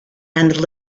and